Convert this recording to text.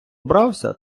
вбрався